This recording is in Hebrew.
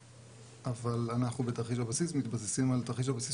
אבל אנחנו בתרחיש הבסיס מתבססים על תרחיש הבסיס